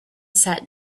sat